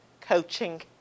coaching